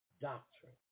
doctrine